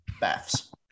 baths